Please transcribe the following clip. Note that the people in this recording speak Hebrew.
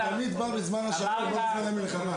אני תמיד בא בזמן השלום, לא בזמן המלחמה.